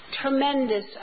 tremendous